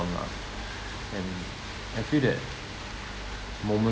lah and I feel that moments